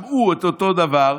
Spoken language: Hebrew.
שמעו את אותו דבר,